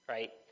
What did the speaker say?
Right